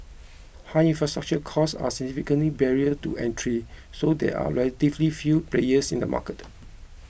high infrastructure costs are significant barrier to entry so there are relatively few players in the market